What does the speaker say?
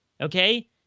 Okay